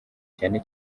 cyane